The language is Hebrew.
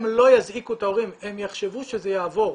הם יחשבו שזה יעבור.